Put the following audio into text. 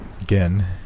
Again